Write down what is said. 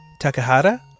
Takahara